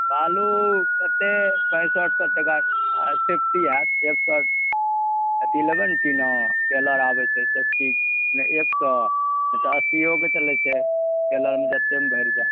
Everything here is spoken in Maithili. बालू कतेक पैँसठ सओ टका सेफ्टी हैत एक सओ अथी लेबै ने टिना टेलर आबै छै सेफ्टी एक सओ नहि तऽ अस्सिओके चलै छै टेलरमे जतेकमे भरि जाए